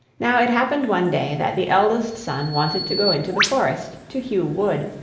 now it happened one day that the eldest son wanted to go into the forest, to hew wood,